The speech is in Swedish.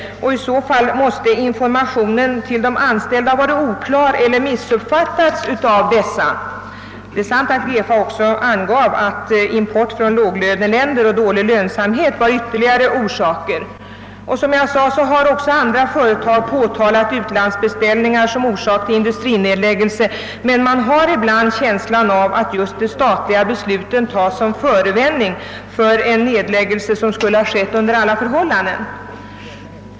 I så fall måste informationen till de anställda ha varit oklar eller missuppfattats av dessa. I GEFA fallet anger man även import från låglöneländer och dålig lönsamhet som ytterligare orsaker. Som jag nämnde har också andra företag anfört utlandsbeställningar som orsak till industrinedläggelser, men man har ibland en känsla av att de statliga besluten tas som förevändning för en nedläggelse, som skulle ha skett under alla förhållanden.